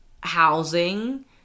housing